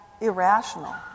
irrational